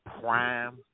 prime